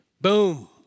Boom